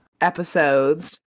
episodes